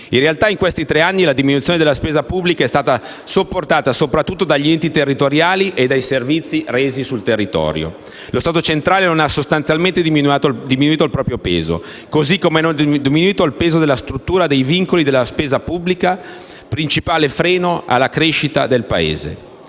In realtà, in questi tre anni, la diminuzione della spesa pubblica è stata sopportata soprattutto dagli enti territoriali e dai servizi resi sul territorio. Lo Stato centrale non ha sostanzialmente diminuito il proprio peso, così come non è diminuito il peso della struttura e dei vincoli della pubblica amministrazione, principale freno alla crescita del Paese.